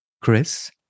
Chris